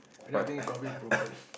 and then I think it got a bit broken